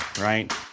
right